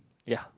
ya